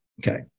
Okay